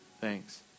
Thanks